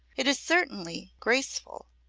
it is certainly graceful,